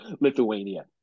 Lithuania